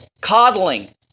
Coddling